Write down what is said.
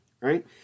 right